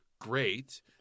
Great